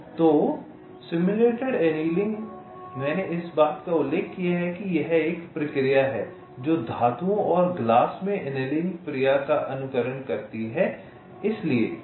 तो simulated annealing मैंने इस बात का उल्लेख किया कि यह एक प्रक्रिया है जो धातुओं या ग्लास में एनीलिंग प्रक्रिया का अनुकरण करती है